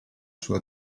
sua